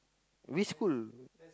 which school